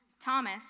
Thomas